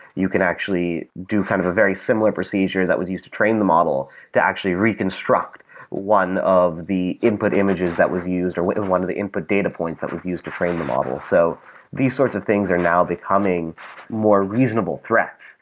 you can actually do kind of a very similar procedure that was used to train the model to actually reconstruct one of the input images that was used or but one of the input data points that was used to frame the model. so these sort of things are now becoming more reasonable threats,